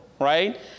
right